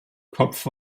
kopf